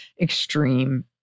extreme